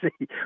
see